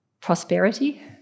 prosperity